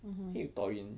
then you talk in